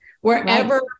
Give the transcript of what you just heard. wherever